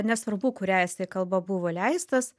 nesvarbu kuria jisai kalba buvo leistas